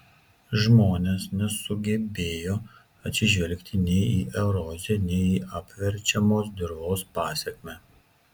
žmonės nesugebėjo atsižvelgti nei į eroziją nei į apverčiamos dirvos pasekmę